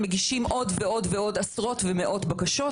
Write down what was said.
מגיש ומגיש פניות חוק חופש מידע.